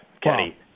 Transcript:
Kenny